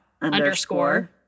underscore